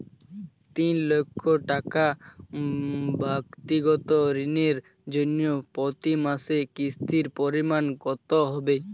তিন লক্ষ টাকা ব্যাক্তিগত ঋণের জন্য প্রতি মাসে কিস্তির পরিমাণ কত হবে?